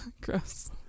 Gross